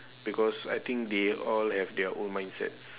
because I think they all have their own mindsets